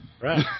Right